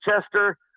Chester